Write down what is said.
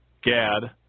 Gad